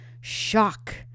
shock